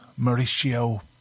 Mauricio